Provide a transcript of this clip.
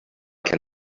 can